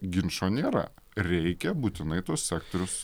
ginčo nėra reikia būtinai tuos sektorius